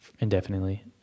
indefinitely